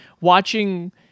watching